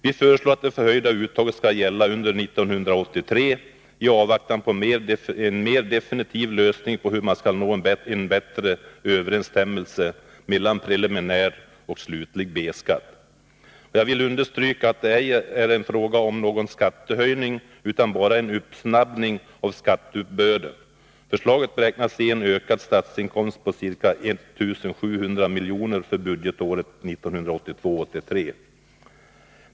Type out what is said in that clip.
Vi föreslår att det förhöjda uttaget skall gälla under 1983 i avvaktan på en mer definitiv lösning på hur man skall nå en bättre överensstämmelse mellan preliminär och slutlig B-skatt. Jag vill understryka att det ej är fråga om någon skattehöjning, utan bara en uppsnabbning av skatteuppbörden. Förslaget beräknas ge en ökad statsinkomst på 1700 miljoner för budgetåret 1982/83.